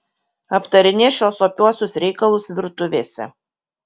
aptarinės šiuos opiuosius reikalus virtuvėse